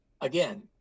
Again